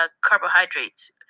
carbohydrates